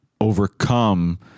overcome